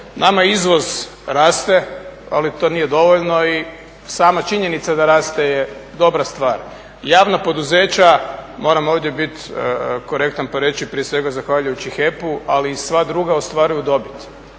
Nama izvoz raste, ali to nije dovoljno i sama činjenica da raste je dobra stvar. Javna poduzeća moram ovdje bit korektan pa reći prije svega zahvaljujući HEP-u ali i sva druga ostvaruju dobit